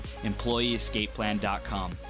EmployeeEscapePlan.com